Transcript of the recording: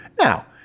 Now